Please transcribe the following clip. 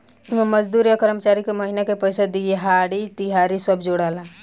एमे मजदूर आ कर्मचारी के महिना के पइसा, देहाड़ी, तिहारी सब जोड़ाला